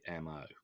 mo